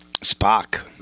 Spock